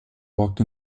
walked